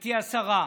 גברתי השרה,